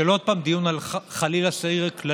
של עוד פעם דיון על, חלילה, סגר כללי,